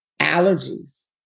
allergies